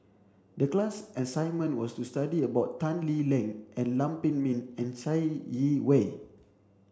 the class assignment was to study about Tan Lee Leng and Lam Pin Min and Chai Yee Wei